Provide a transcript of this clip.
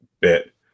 bit